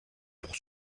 pour